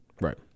Right